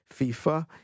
FIFA